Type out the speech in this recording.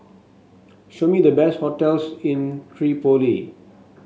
show me the best hotels in Tripoli